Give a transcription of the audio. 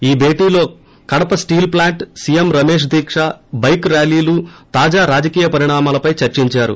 ఈ భేటీలో Kadapa steel plant CM Ramesh దీక బైక్ ర్వాలీలు తాజా రాజకీయ పరిణామాలపై చర్సించారు